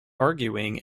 arguing